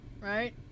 right